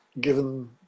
given